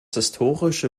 historische